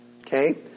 okay